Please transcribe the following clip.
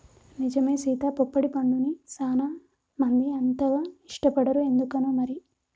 నిజమే సీత పొప్పడి పండుని సానా మంది అంతగా ఇష్టపడరు ఎందుకనో మరి